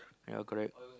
yeah correct